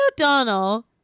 O'Donnell